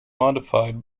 modified